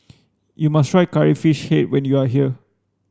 you must try curry fish head when you are here